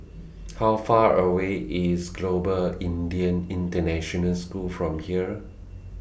How Far away IS Global Indian International School from here